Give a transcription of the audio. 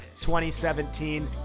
2017